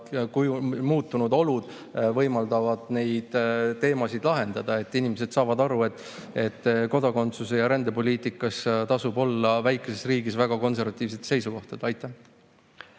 enam muutunud olud võimaldavad neid teemasid lahendada, inimesed saavad aru, et kodakondsus- ja rändepoliitikas tasub olla väikeses riigis väga konservatiivsetel seisukohtadel. Aitäh!